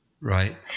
Right